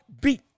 beat